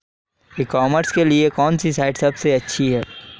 ई commerce के लिए कौनसी साइट सबसे अच्छी है?